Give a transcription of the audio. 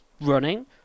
running